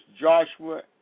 Joshua